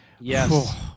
Yes